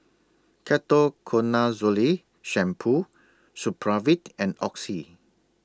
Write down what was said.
Ketoconazole Shampoo Supravit and Oxy